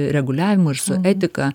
reguliavimu ir su etika